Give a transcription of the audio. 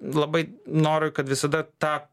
labai noriu kad visada tą